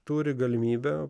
turi galimybę